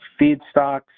feedstocks